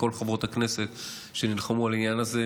לכל חברות הכנסת שנלחמו על העניין הזה.